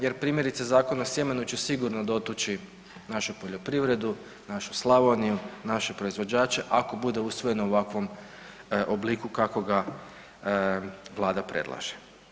Jer primjerice, Zakon o sjemenu će sigurno dotući našu poljoprivredu, našu Slavoniju, naše proizvođače ako bude usvojeno u ovakvom obliku kakvoga Vlada predlaže.